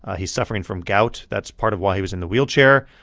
ah he's suffering from gout. that's part of why he was in the wheelchair.